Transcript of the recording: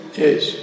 yes